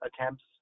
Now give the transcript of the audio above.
attempts